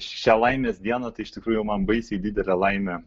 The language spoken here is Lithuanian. šią laimės dieną tai iš tikrųjų man baisiai didelė laimė